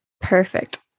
Perfect